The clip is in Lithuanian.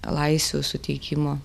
laisvių suteikimo